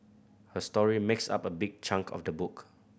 her story makes up a big chunk of the book